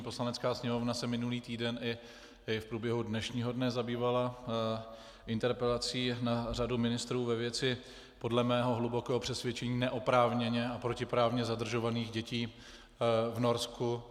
Poslanecká sněmovna se minulý týden i dnešního dne zabývala interpelací na řadu ministrů ve věci podle mého hlubokého přesvědčení neoprávněně a protiprávně zadržovaných dětí v Norsku.